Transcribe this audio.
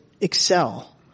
excel